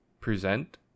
present